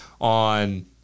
on